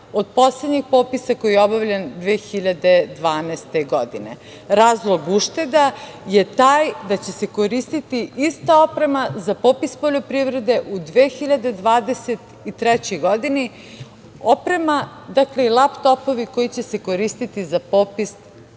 od poslednjeg popisa koji je obavljan 2012. godine. Razlog ušteda je taj da će se koristiti ista oprema za popis poljoprivrede u 2023. godini, oprema i laptopovi koji će se koristiti za popis